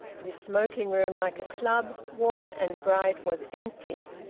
this smoking-room, like a club, warm and bright, was empty,